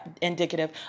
indicative